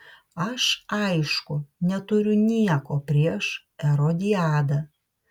aš aišku neturiu nieko prieš erodiadą